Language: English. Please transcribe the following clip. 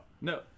no